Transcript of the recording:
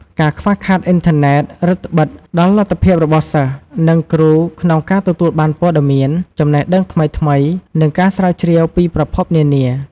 ការខ្វះខាតអ៊ីនធឺណិត រឹតត្បិតដល់លទ្ធភាពរបស់សិស្ស និងគ្រូក្នុងការទទួលបានព័ត៌មាន ចំណេះដឹងថ្មីៗ និងការស្រាវជ្រាវពីប្រភពនានា។